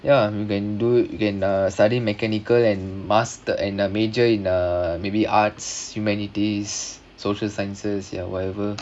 ya you can do you can uh study mechanical and must and a major in uh maybe arts humanities and social sciences ya whatever